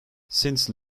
since